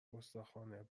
گستاخانه